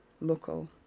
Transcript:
local